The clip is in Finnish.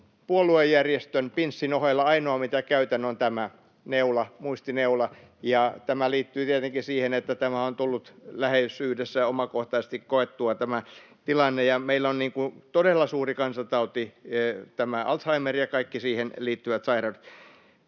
puoluejärjestön pinssin ohella ainoa, mitä käytän, on tämä neula, muistineula, ja tämä liittyy tietenkin siihen, että tämä tilanne on tullut läheisyydessä omakohtaisesti koettua, ja meillä on todella suuri kansantauti tämä Alzheimer ja kaikki siihen liittyvät sairaudet.